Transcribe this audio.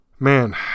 man